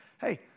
Hey